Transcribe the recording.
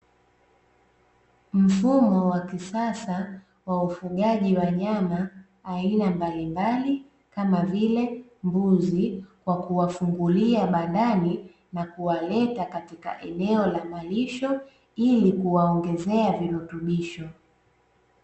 Mfumo wa kisasa wa ufugaji wanyama aina mbalimbali kama vile mbuzi kwa kuwafungulia bandani na kuwaleta katika eneo la malisho ili kuwaongezea virutubisho.